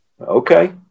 Okay